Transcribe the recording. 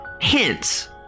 Hints